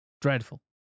dreadful